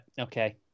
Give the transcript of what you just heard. okay